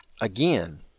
Again